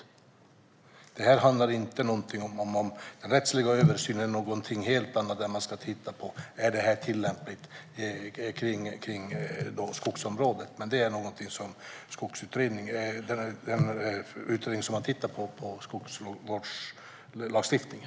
Det här handlar inte om rättslig översyn eller om att man ska titta på om detta är tillämpligt på skogsområdet; det behandlas i den utredning som tittar på skogsvårdslagstiftningen.